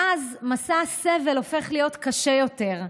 ואז משא הסבל הופך להיות קשה יותר,